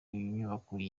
nyubako